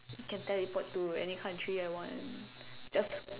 can teleport to any country I want just